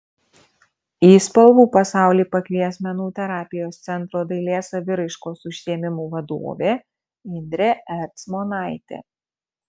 į spalvų pasaulį pakvies menų terapijos centro dailės saviraiškos užsiėmimų vadovė indrė ercmonaitė